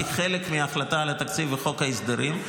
כחלק מההחלטה על התקציב בחוק ההסדרים.